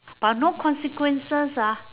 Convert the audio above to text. but no consequences ah